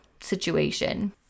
situation